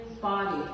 body